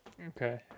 Okay